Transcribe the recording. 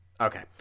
Okay